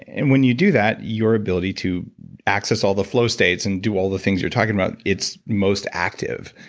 and when you do that, your ability to access all the flow states and do all the things you're talking about, it's most active.